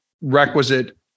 requisite